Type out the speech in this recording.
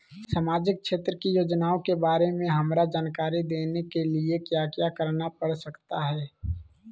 सामाजिक क्षेत्र की योजनाओं के बारे में हमरा जानकारी देने के लिए क्या क्या करना पड़ सकता है?